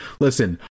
Listen